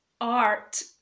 art